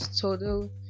Total